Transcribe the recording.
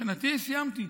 מבחינתי סיימתי.